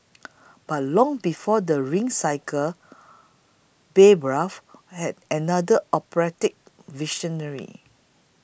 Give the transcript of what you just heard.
but long before the Ring Cycle Bayreuth had another operatic visionary